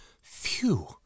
phew